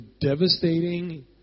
devastating